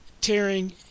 tearing